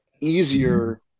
easier